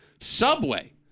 Subway